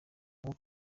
ubwo